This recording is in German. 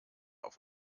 auf